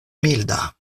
milda